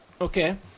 Okay